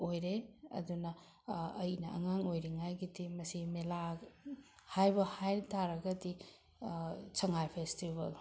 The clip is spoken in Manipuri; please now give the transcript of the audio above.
ꯑꯣꯏꯔꯦ ꯑꯗꯨꯅ ꯑꯩꯅ ꯑꯉꯥꯡ ꯑꯣꯏꯔꯤꯉꯩꯒꯤꯗꯤ ꯃꯁꯤ ꯃꯦꯂꯥ ꯍꯥꯏꯕ ꯍꯥꯏ ꯇꯥꯔꯒꯗꯤ ꯁꯉꯥꯏ ꯐꯦꯁꯇꯤꯚꯦꯜ